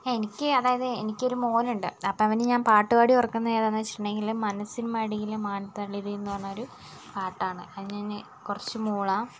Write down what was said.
എനിക്ക് അതായത് എനിക്കൊരു മകൻ ഉണ്ട് അപ്പോൾ അവന് ഞാൻ പാട്ടുപാടി ഉറക്കുന്ന ഏതാണെന്നു വച്ചിട്ടുണ്ടെങ്കിൽ മനസ്സിൻ മടിയിലെ മാന്തളിര് എന്നു പറഞ്ഞൊരു പാട്ടാണ് അത് ഞാൻ കുറച്ച് മൂളാം